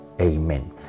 Amen